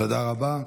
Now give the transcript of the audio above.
תודה רבה.